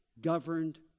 Governed